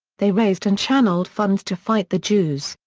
they raised and channelled funds to fight the jews,